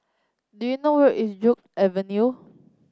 do you know where is Joo Avenue